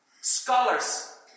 scholars